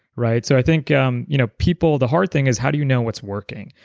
right? so i think um you know people, the hard thing is how do you know what's working?